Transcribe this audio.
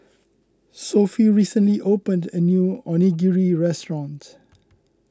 Sophie recently opened a new Onigiri restaurant